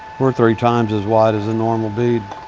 we're three times as wide as a normal bead.